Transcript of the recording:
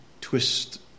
twist